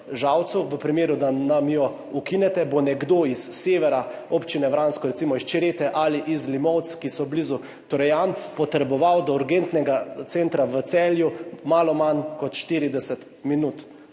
v primeru, da nam jo ukinete, bo nekdo iz severa občine Vransko, recimo iz Črete ali iz Limovc, ki so blizu Trojan, potreboval do urgentnega centra v Celju malo manj kot 40 minut.